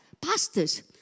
pastors